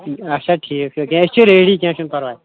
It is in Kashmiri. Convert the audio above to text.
اچھا ٹھیٖک چھُ یکیاہ أسۍ چھِ ریڈی کینٛہہ چھُنہٕ پَرواے